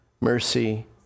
mercy